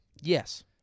Yes